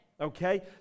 okay